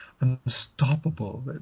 unstoppable